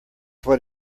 what